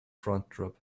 drop